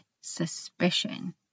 suspicion